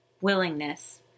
willingness